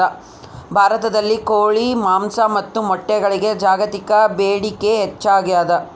ಭಾರತದಲ್ಲಿ ಕೋಳಿ ಮಾಂಸ ಮತ್ತು ಮೊಟ್ಟೆಗಳಿಗೆ ಜಾಗತಿಕ ಬೇಡಿಕೆ ಹೆಚ್ಚಾಗ್ಯಾದ